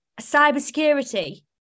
cybersecurity